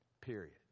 Period